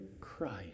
Christ